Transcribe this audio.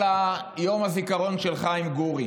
חל יום הזיכרון של חיים גורי.